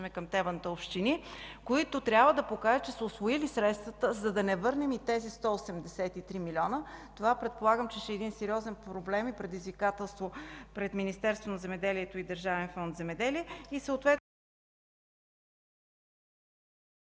към темата „общини”, които трябва да покажат, че са усвоили средствата, за да не върнем и тези 183 милиона. Това, предполагам, че ще е един сериозен проблем и предизвикателство пред Министерството на земеделието и храните и Държавен фонд „Земеделие”.